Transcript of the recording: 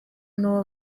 n’uwo